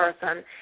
person